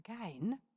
again